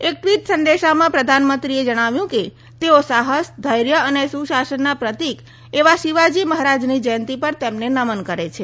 એક ટ્વીટ સંદેશામાં પ્રધાનમંત્રીએ કહ્યું કે તેઓ સાહસ ઘૈર્થ અને સુશાસનના પ્રતીક ઐવા શિવાજી મહારાજની જયંતિ પર તેમને નમન કરે છે